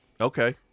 okay